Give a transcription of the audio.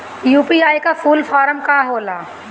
UPI का full form का होला?